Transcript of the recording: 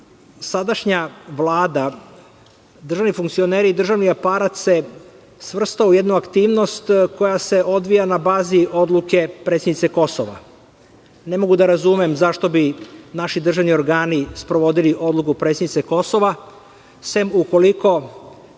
sadašnja Vlada, državni funkcioneri, državni aparat se svrstao u jednu aktivnost koja se odvija na bazi odluke predsednice Kosova. Ne mogu da razumem zašto bi naši državni organi sprovodili odluku predsednice Kosova, sem ukoliko